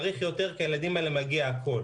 צריך יותר כי לילדים האלה מגיע הכול.